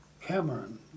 Cameron